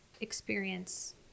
experience